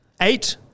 Eight